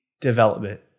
development